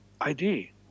ID